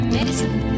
Medicine